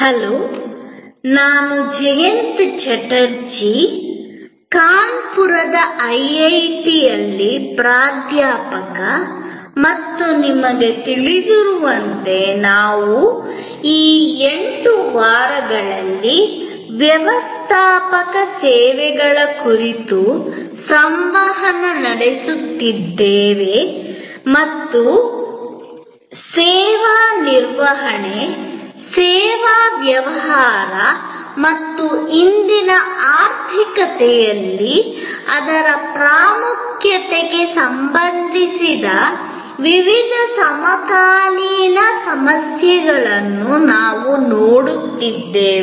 hello ನಾನು ಜಯಂತ ಚಟರ್ಜಿ ಕಾನ್ಪುರದ ಐಐಟಿಯಲ್ಲಿ ಪ್ರಾಧ್ಯಾಪಕ ಮತ್ತು ನಿಮಗೆ ತಿಳಿದಿರುವಂತೆ ನಾವು ಈ 8 ವಾರಗಳಲ್ಲಿ ವ್ಯವಸ್ಥಾಪಕ ಸೇವೆಗಳ ಕುರಿತು ಸಂವಹನ ನಡೆಸುತ್ತಿದ್ದೇವೆ ಮತ್ತು ಸೇವಾ ನಿರ್ವಹಣೆ ಸೇವಾ ವ್ಯವಹಾರ ಮತ್ತು ಇಂದಿನ ಆರ್ಥಿಕತೆಯಲ್ಲಿ ಅದರ ಪ್ರಾಮುಖ್ಯತೆಗೆ ಸಂಬಂಧಿಸಿದ ವಿವಿಧ ಸಮಕಾಲೀನ ಸಮಸ್ಯೆಗಳನ್ನು ನಾವು ನೋಡುತ್ತಿದ್ದೇವೆ